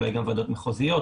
אולי גם ועדות מחוזיות,